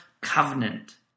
covenant